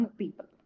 people